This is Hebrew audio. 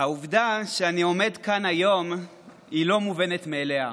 העובדה שאני עומד כאן היום היא לא מובנת מאליה.